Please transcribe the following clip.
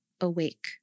awake